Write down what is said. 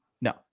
No